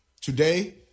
today